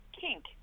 kink